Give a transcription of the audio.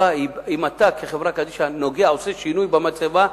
אם אתה כחברה קדישא נוגע או עושה שינוי במצבה,